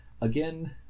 again